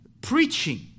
preaching